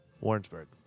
warrensburg